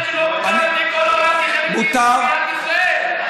מוכר לכל העולם כחלק ממדינת ישראל.